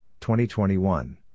2021